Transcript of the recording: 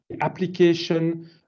application